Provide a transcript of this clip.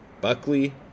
Buckley